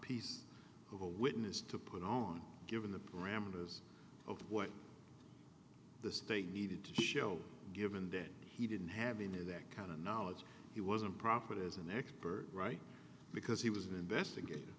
piece of a witness to put on given the parameters of what the state needed to show given that he didn't have a new that kind of knowledge he wasn't profit as an expert right because he was an investigat